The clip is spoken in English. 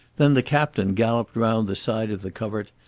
then the captain galloped round the side of the covert,